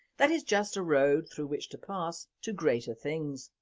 that is just a road through which to pass to greater things.